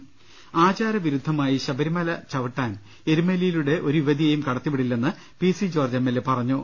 ്്്്് ആചാരവിരുദ്ധമായി ശബരിമല ചവിട്ടാൻ എരുമേലിയിലൂടെ ഒരു യുവതിയേയും കടത്തി വിടില്ലന്ന് P C George M L A പറഞ്ഞു